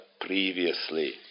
previously